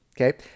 okay